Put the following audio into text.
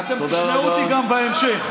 אתם תשמעו אותי גם בהמשך.